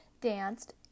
danced